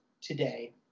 today